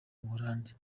buholandi